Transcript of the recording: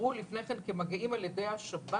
אותרו לפני כן כמגעים על ידי השב"כ,